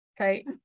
okay